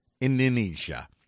Indonesia